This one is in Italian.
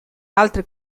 altre